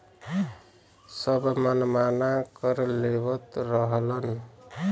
सब मनमाना कर लेवत रहलन